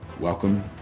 Welcome